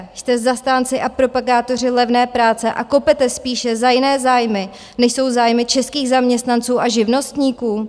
Jste zastánci a propagátoři levné práce a kopete spíše za jiné zájmy, než jsou zájmy českých zaměstnanců a živnostníků?